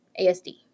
ASD